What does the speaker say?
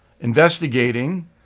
investigating